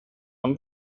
han